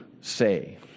say